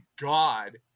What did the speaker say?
God